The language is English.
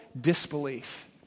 disbelief